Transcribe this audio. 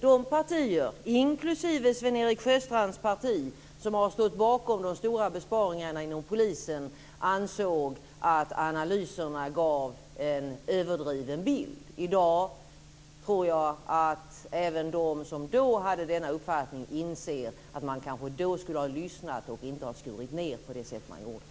De partier, inklusive det parti Sven-Erik Sjöstrand företräder, som har stått bakom de stora besparingarna inom polisen ansåg att analyserna gav en överdriven bild. I dag tror jag att även de som då hade denna uppfattning inser att man kanske då skulle ha lyssnat och inte skurit ned på det sätt man gjorde.